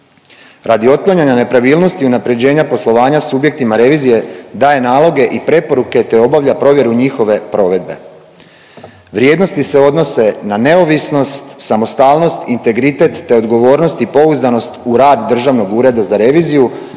Radi otklanjanja nepravilnosti, unaprjeđenja poslovanja subjektima revizije daje naloge i preporuke te obavlja provjeru njihove provedbe. Vrijednosti se odnose na neovisnost, samostalnost, integritet te odgovornost i pouzdanost u rad Državnog ureda za reviziju